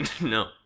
No